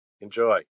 Enjoy